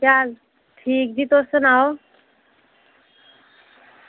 केह् हाल ठीक जी तुस सनाओ